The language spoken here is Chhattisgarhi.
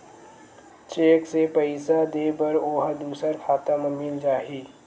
चेक से पईसा दे बर ओहा दुसर खाता म मिल जाही?